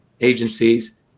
agencies